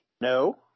No